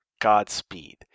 Godspeed